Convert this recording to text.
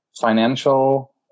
financial